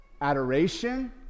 adoration